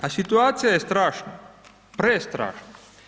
A situacija je strašna, prestrašna.